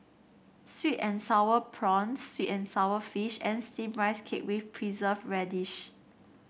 sweet and sour prawns sweet and sour fish and steam Rice Cake with preserve radish